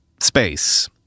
space